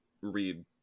read